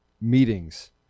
meetings